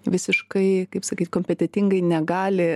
visiškai kaip sakyt kompetentingai negali